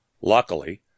Luckily